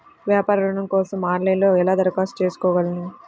వ్యాపార ఋణం కోసం ఆన్లైన్లో ఎలా దరఖాస్తు చేసుకోగలను?